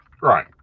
Right